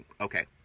okay